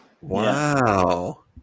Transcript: Wow